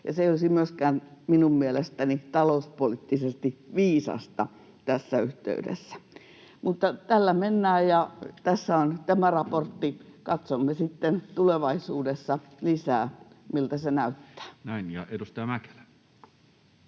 se ei olisi minun mielestäni myöskään talouspoliittisesti viisasta tässä yhteydessä. Mutta tällä mennään, ja tässä on tämä raportti. Katsomme sitten tulevaisuudessa lisää, miltä se näyttää. [Speech 125] Speaker: